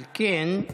על כן,